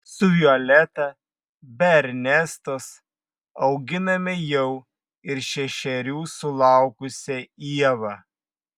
su violeta be ernestos auginame jau ir šešerių sulaukusią ievą